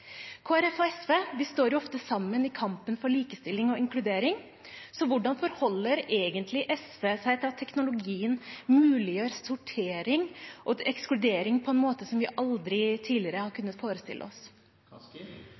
og SV står ofte sammen i kampen for likestilling og inkludering. Hvordan forholder egentlig SV seg til at teknologien muliggjør sortering og ekskludering på en måte som vi aldri tidligere har kunnet forestille oss?